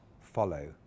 follow